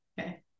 Okay